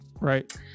right